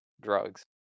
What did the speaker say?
Drugs